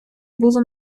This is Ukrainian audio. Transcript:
було